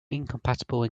incompatible